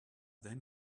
then